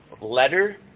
letter